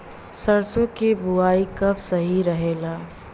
सरसों क बुवाई कब सही रहेला?